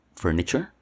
furniture